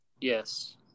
yes